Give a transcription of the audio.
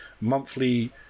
monthly